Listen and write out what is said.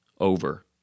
over